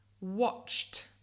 watched